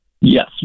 Yes